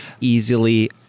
easily